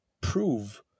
prove